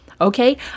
Okay